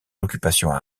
l’occupation